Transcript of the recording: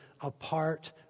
apart